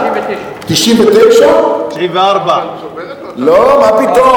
1999. 1994. לא, מה פתאום?